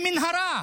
במנהרה,